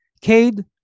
Cade